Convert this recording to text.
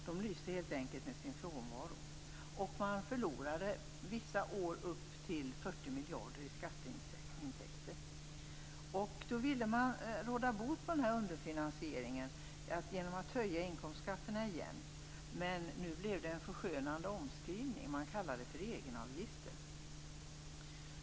De lyste helt enkelt med sin frånvaro. Man förlorade vissa år upp till 40 miljarder i skatteintäkter. Då ville man råda bot på den här underfinansieringen genom att höja inkomstskatterna igen. Men nu blev det en förskönande omskrivning. Man kallade det "egenavgifter".